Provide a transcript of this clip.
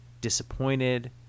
disappointed